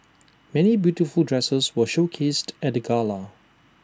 many beautiful dresses were showcased at the gala